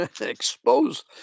Expose